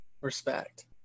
Respect